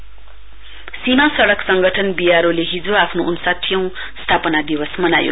विशारओ सीमा सडक संगठन बिआरओ ले हिजो आफ्नो उन्साठीऔं स्थापना दिवस मनायो